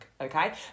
okay